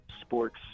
sports